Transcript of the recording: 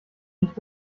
nicht